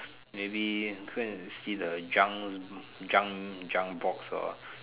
maybe go and see the junk junk junk box or